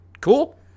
Cool